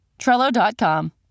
Trello.com